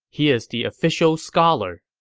he is the official scholar.